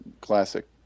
classic